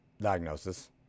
diagnosis